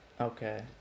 okay